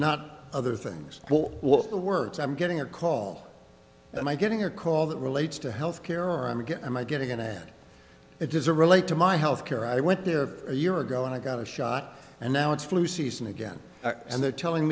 not other things the words i'm getting a call and i'm getting a call that relates to health care on get am i getting it it is a relate to my health care i went there a year ago and i got a shot and now it's flu season again and they're telling